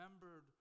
remembered